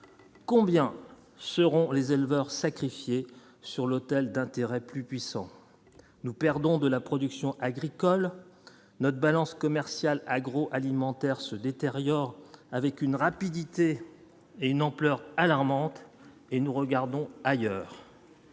combien seront les éleveurs sacrifiés sur l'autel d'intérêt plus puissants nous perdons de la production agricole, notre balance commerciale agro-alimentaire se détériore avec une rapidité et une ampleur alarmante et nous regardons ailleurs.